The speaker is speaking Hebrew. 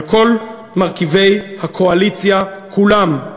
על כל מרכיבי הקואליציה כולם.